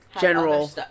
General